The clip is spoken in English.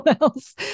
else